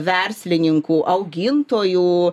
verslininkų augintojų